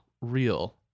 real